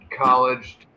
college